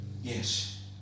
Yes